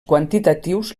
quantitatius